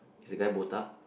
is the guy botak